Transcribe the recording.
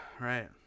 right